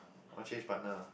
oh change partner